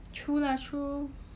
true lah true